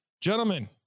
gentlemen